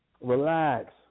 Relax